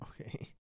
Okay